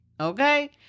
okay